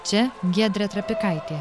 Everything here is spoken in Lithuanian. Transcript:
čia giedrė trapikaitė